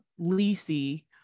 Lisi